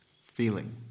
Feeling